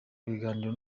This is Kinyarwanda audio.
ibiganiro